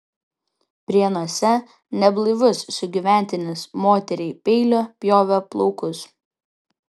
prienuose neblaivus sugyventinis moteriai peiliu pjovė plaukus